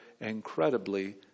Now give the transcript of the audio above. incredibly